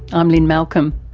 i'm lynne malcolm.